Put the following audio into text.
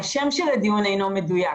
השם של הדיון אינו מדויק.